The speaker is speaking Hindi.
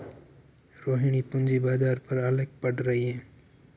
रोहिणी पूंजी बाजार पर आलेख पढ़ रही है